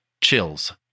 chills